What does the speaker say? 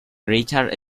richard